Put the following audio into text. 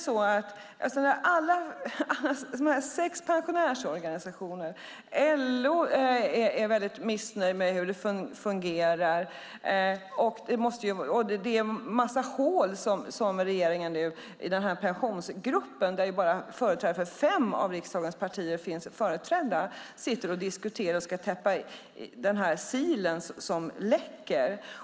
Sex pensionärsorganisationer och LO är alltså väldigt missnöjda med hur det fungerar, och det är en massa hål som regeringen nu genom pensionsgruppen - där bara fem av riksdagens partier finns företrädda - sitter och diskuterar. De ska täppa till den sil som läcker.